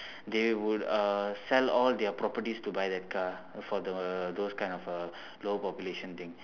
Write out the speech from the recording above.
they would uh sell all their properties to buy that car for the those kind of uh low population thing